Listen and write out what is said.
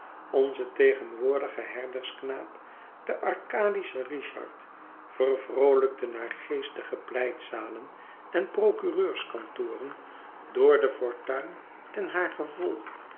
onze tegenwoordige herdersknaap de arcadische richard vervroolijkt de naargeestige pleitzalen en procureurskantoren door de fortuin en haar gevolg